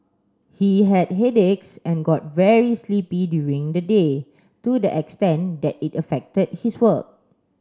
he had headaches and got very sleepy during the day to the extent that it affected his work